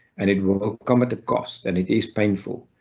and it will come at a cost and it is painful.